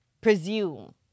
presume